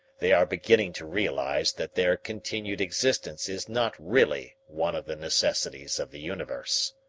they are beginning to realize that their continued existence is not really one of the necessities of the universe.